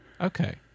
Okay